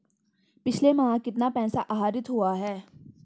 पिछले माह कितना पैसा आहरित हुआ है?